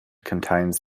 contains